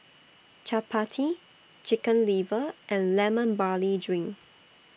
Chappati Chicken Liver and Lemon Barley Drink